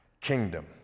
kingdom